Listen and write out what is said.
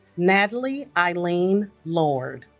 natalee eileen lord